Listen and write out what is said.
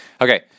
Okay